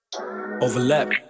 Overlap